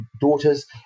daughters